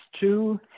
Two